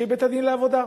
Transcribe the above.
שהיא בית-הדין לעבודה,